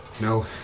No